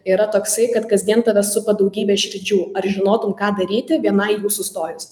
yra toksai kad kasdien tave supa daugybė širdžių ar žinotum ką daryti vienai jų sustojus